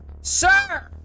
Sir